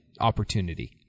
opportunity